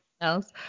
else